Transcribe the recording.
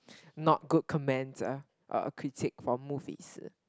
not good comments ah or critique for movies